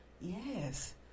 Yes